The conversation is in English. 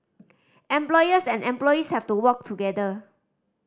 employers and employees have to work together